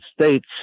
States